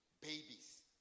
babies